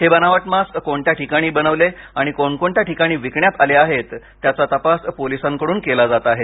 हे बनावट मास्क कोणत्या ठिकाणी बनवले आणि कोणकोणत्या ठिकाणी विकण्यात आले आहेत त्याचा तपास पोलिसांकडून केला जात आहे